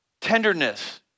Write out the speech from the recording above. tenderness